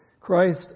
Christ